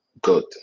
Good